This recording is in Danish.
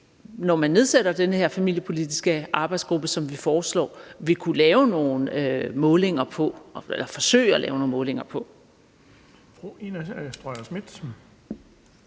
når man nedsætter den her familiepolitiske arbejdsgruppe, som vi foreslår, vil kunne forsøge at lave nogle målinger på.